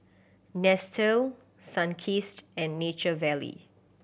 Nestle Sunkist and Nature Valley